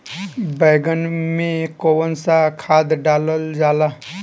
बैंगन में कवन सा खाद डालल जाला?